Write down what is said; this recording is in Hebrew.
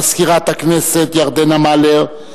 מזכירת הכנסת ירדנה מלר,